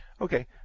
Okay